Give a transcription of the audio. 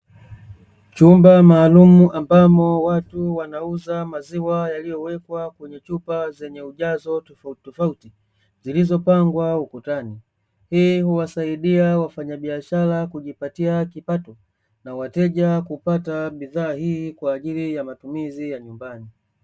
Chumba maalumu, ambamo watu wanauza maziwa yaliyowekwa kwenye chupa ambazo zimewekwa katika ujazo tofautitofauti zilizopangwa ukutani. Hii huwasaidia wafanyabiashara kujipatia kipato, na wateja kupata bidhaa hii kwa ajili ya matumizi ya nyumbani.